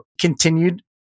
continued-